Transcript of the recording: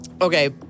Okay